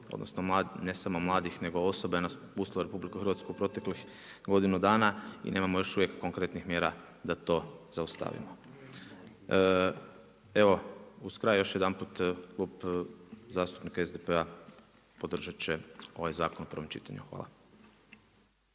odnosno ne samo mladih nego osobe je napustili RH, u proteklih 1 godinu i nemamo još uvijek konkretnih mjera da to zaustavimo. Evo uz kraj još jedanput, Klub zastupnika SDP-a podržat će ovaj zakon o prvom čitanju. Hvala.